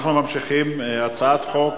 אנחנו ממשיכים: הצעת חוק